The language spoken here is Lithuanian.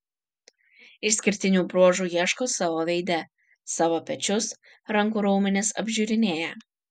išskirtinių bruožų ieško savo veide savo pečius rankų raumenis apžiūrinėja